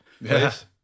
Yes